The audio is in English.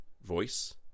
voice